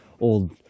old